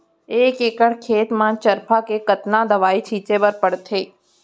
एक एकड़ खेत म चरपा के कतना दवई छिंचे बर पड़थे?